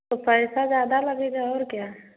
तो पैसा ज़्यादा लगेगा और क्या